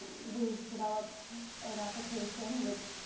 we've developed an application which,